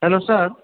हेल' सार